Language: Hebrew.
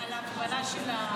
הכוונה שלי,